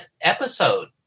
episode